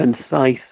concise